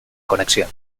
conexión